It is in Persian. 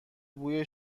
بوی